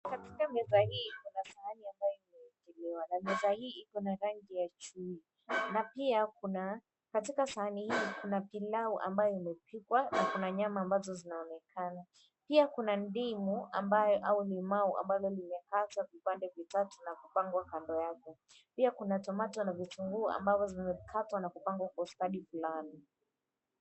Katika meza hii kuna sahani ambayo imewekelewa, na meza hii iko na rangi ya chui. Na pia kuna katika sahani hii kuna pilau ambayo imepikwa, na kuna nyama ambazo zinaonekana. Pia kuna ndimu au limau ambalo limekatwa vipande vitatu na kupangwa kando yake. Pia kuna tomato na vitunguu ambavyo vimekatwa na kupangwa huko ustadi fulani.